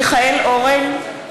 (קוראת בשמות חברי הכנסת) מיכאל אורן,